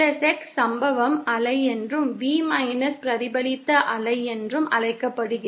Vx சம்பவம் அலை என்றும் V x பிரதிபலித்த அலை என்றும் அழைக்கப்படுகிறது